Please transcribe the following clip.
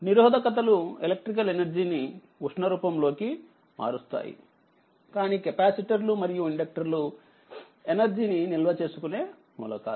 నిరోధకతలు electrical ఎనర్జీని ఉష్ణరూపం లోకి మారుస్తాయి కానీకెపాసిటర్లు మరియు ఇండక్టర్లు ఎనర్జీ ని నిల్వ చేసుకునే మూలకాలు